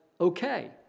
okay